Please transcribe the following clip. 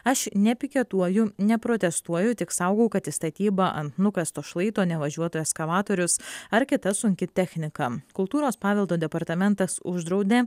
aš nepiketuoju neprotestuoju tik saugau kad į statybą ant nukasto šlaito nevažiuotų eskavatorius ar kita sunki technika kultūros paveldo departamentas uždraudė